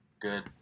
good